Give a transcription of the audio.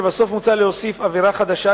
לבסוף מוצע להוסיף עבירה חדשה,